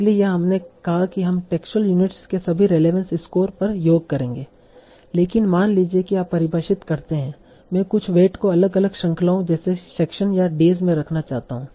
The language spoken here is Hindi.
इसलिए यहां हमने कहा कि हम टेक्सुअल यूनिट्स के सभी रेलेवंस स्कोर पर योग करेंगे लेकिन मान लीजिए कि आप परिभाषित करते हैं मैं कुछ वेट को अलग अलग श्रृंखलाओं जैसे सेक्शन या डेज में रखना चाहता हूं